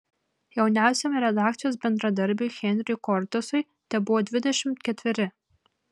jauniausiam redakcijos bendradarbiui henriui kortesui tebuvo dvidešimt ketveri